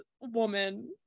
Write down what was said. woman